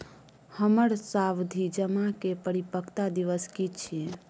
हमर सावधि जमा के परिपक्वता दिवस की छियै?